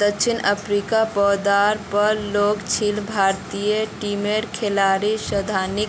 दक्षिण अफ्रीकार दौरार पर गेल छिले भारतीय टीमेर खिलाड़ी स्थानीय